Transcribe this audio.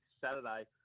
Saturday